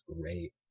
great